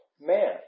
man